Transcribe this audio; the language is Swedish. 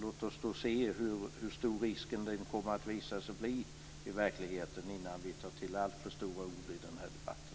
Låt oss då se hur stor den risken visar sig bli i verkligheten innan vi tar till alltför stora ord i den här debatten.